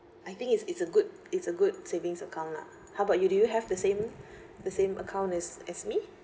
I think it's it's a good it's a good savings account lah how about you do you have the same the same account as as me